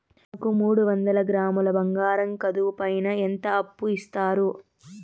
నాకు మూడు వందల గ్రాములు బంగారం కుదువు పైన ఎంత అప్పు ఇస్తారు?